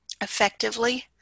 effectively